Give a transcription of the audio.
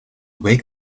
wake